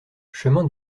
chemin